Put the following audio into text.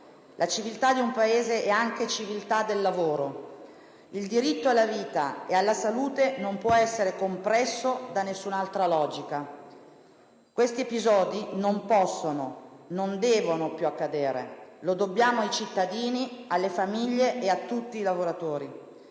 La civiltà di un Paese è anche civiltà del lavoro. Il diritto alla vita e alla salute non può essere compresso da nessun'altra logica. Questi episodi non possono, non devono più accadere. Lo dobbiamo ai cittadini, alle famiglie, a tutti i lavoratori.